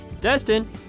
Destin